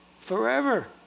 Forever